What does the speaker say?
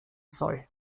soll